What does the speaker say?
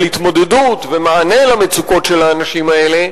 התמודדות ומענה למצוקות של האנשים האלה,